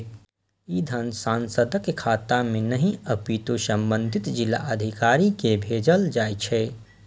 ई धन सांसदक खाता मे नहि, अपितु संबंधित जिलाधिकारी कें भेजल जाइ छै